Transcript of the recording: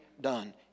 done